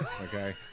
okay